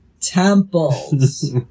temples